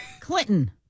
Clinton